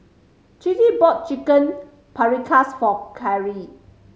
Chrissy bought Chicken Paprikas for Carry